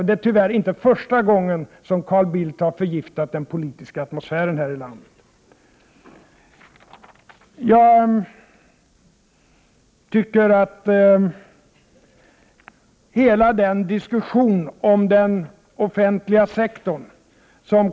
Det är tyvärr inte första gången som Carl Bildt har förgiftat den politiska atmosfären här i landet.